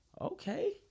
okay